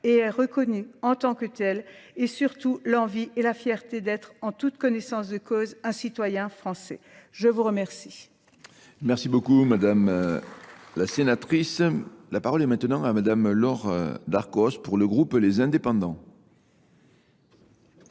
et est reconnue en tant que telle et surtout l'envie et la fierté d'être en toute connaissance de cause un citoyen français. Je vous remercie. Merci beaucoup madame la sénatrice. La parole est maintenant à madame Laura Darkos pour le groupe Les Indépendants.